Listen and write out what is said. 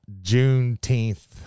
Juneteenth